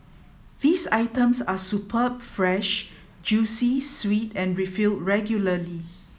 these items are superb fresh juicy sweet and refilled regularly